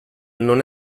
non